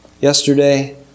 Yesterday